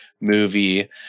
movie